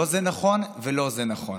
לא זה נכון ולא זה נכון.